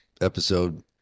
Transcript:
episode